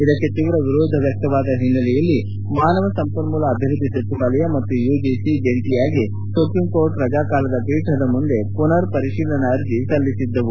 ಇದಕ್ಕೆ ತೀವ್ರ ವಿರೋಧ ವ್ಯಕ್ತವಾದ ಹಿನ್ನೆಲೆಯಲ್ಲಿ ಮಾನವ ಸಂಪನ್ಮೂಲ ಅಭಿವೃದ್ದಿ ಸಚಿವಾಲಯ ಮತ್ತು ಯುಜಿಸಿ ಜಂಟಿಯಾಗಿ ಸುಪ್ರೀಂ ಕೋರ್ಟ್ ರಜಾಕಾಲದ ಪೀಠದ ಮುಂದೆ ಪುನರ್ ಪರಿಶೀಲನಾ ಅರ್ಜಿ ಸಲ್ಲಿಸಿತ್ತು